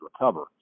recover